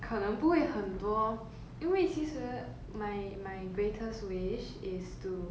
可能不会很多因为其实 my my greatest wish is to